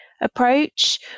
approach